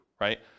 right